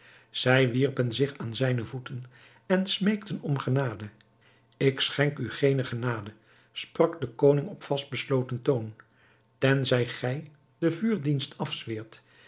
zij wierpen zich aan zijne voeten en smeekten om genade ik schenk u geene genade sprak de koning op vastbesloten toon tenzij gij den vuurdienst afzweert